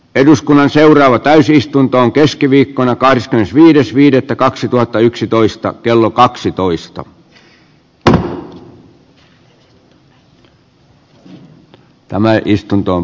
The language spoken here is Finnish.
eduskunnan seuraava täysistuntoon keskiviikkona kahdeskymmenesviides viidettä kaksituhattayksitoista kello kaksitoista asian käsittely keskeytetään